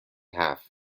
half